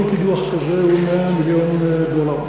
כל קידוח כזה הוא 100 מיליון דולר.